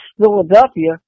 philadelphia